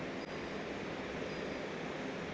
ನನಗೆ ಮೂವತ್ತು ಸಾವಿರ ರೂಪಾಯಿ ಸಾಲ ಬೇಕಿತ್ತು ಸಿಗಬಹುದಾ?